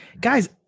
guys